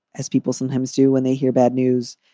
as people sometimes do when they hear bad news.